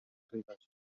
ribes